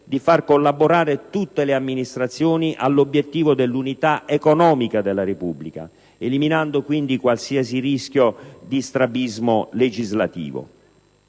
di far collaborare tutte le amministrazioni all'obiettivo dell'unità economica della Repubblica, eliminando quindi qualsiasi rischio di strabismo legislativo.